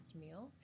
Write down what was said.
meal